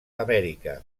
amèrica